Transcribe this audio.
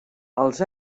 als